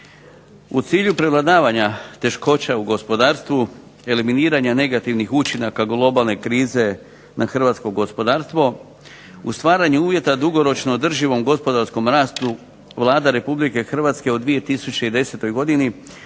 U cilju prevladavanja teškoća u gospodarstvu, eliminiranja negativnih učinaka globalne krize na hrvatsko gospodarstvo, u stvaranju uvjeta dugoročnom održivom gospodarskom rastu Vlada Republike Hrvatske u 2010. donijela